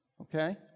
Okay